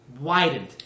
Widened